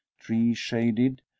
tree-shaded